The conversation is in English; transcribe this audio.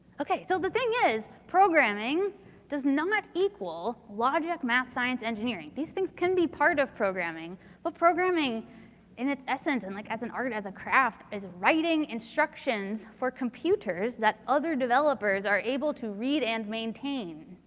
okay. so, the thing is, programming does not equal logic, math, science, engineering. these things can be part of programming. but programming in its essence and like as an art, as a craft, is writing instructions for computers that other developers are able to read and maintain.